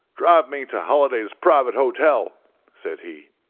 drive me to halliday's private hotel said he.